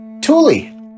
Tuli